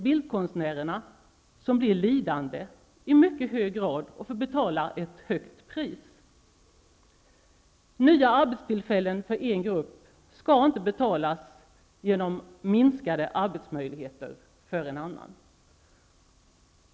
Bildkonstnärerna blir lidande i mycket hög grad och får betala ett högt pris. Nya arbetstillfällen för en grupp skall inte betalas genom minskade arbetsmöjligheter för en annan.